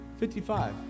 55